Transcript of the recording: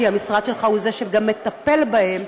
כי המשרד שלך הוא גם זה שמטפל בהם.